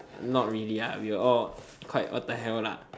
not really ah we're all quite what the hell lah